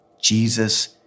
Jesus